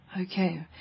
Okay